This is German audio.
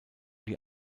die